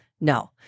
No